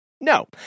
No